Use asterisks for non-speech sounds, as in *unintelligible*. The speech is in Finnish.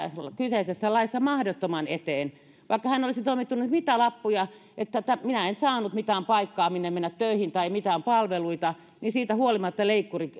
kyseissä laissa mahdottoman eteen vaikka hän olisi toimittanut mitä lappuja että minä en saanut mitään paikkaa minne mennä töihin tai mitään palveluita niin siitä huolimatta leikkuri *unintelligible*